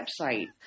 website